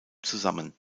zusammen